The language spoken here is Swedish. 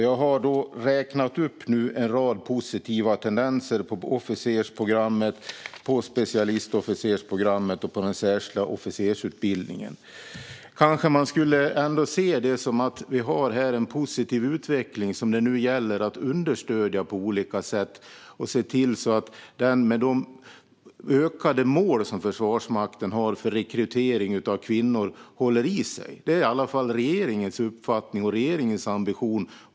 Jag har räknat upp en rad positiva tendenser på officersprogrammet, specialistofficersprogrammet och den särskilda officersutbildningen. Kanske kunde man ändå se det som att vi har en positiv utveckling, som det nu gäller att understödja på olika sätt. Man kan se till att de ökade mål som Försvarsmakten har för rekrytering av kvinnor håller i sig. Det är i alla fall regeringens uppfattning och ambition.